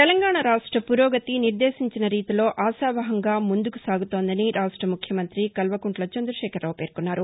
తెలంగాణా రాష్ట ఫురోగతి నిర్దేశించిన రీతిలో ఆశావహంగా ముందుకు సాగుతోందని రాష్ట ముఖ్యమంత్రి కల్పకుంట్ల చంద్రశేఖరరావు పేర్కొన్నారు